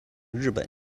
日本